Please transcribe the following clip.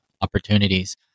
opportunities